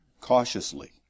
cautiously